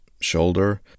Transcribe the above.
shoulder